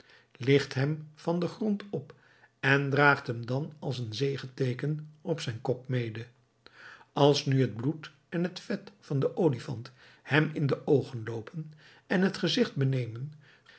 ligt hem van den grond op en draagt hem dan als een zegeteeken op zijn kop mede als nu het bloed en het vet van den olifant hem in de oogen loopen en het gezigt benemen